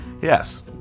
yes